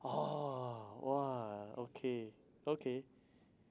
oh !wah! okay okay